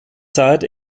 zeit